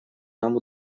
нам